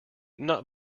not